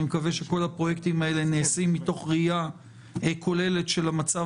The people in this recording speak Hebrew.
אני מבקש לקבל חישוב רב שנתי של הכסף